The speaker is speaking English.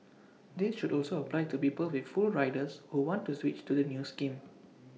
this should also apply to people with full riders who want to switch to the new scheme